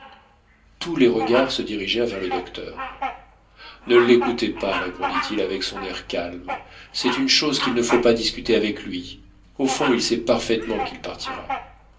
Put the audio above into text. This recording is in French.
tous les regards se dirigèrent vers le docteur ne l'écoutez pas répondit-il avec son air calme c'est une chose qu'il ne faut pas discuter avec lui au fond il sait parfaitement qu'il partira